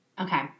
Okay